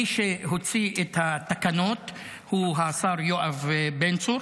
מי שהוציא את התקנות הוא השר יואב בן צור,